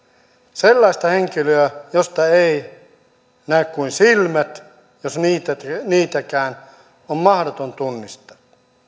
sellaista henkilöä josta ei näe kuin silmät jos niitäkään on mahdotonta tunnistaa